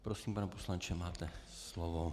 Prosím, pane poslanče, máte slovo.